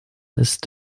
ist